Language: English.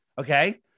okay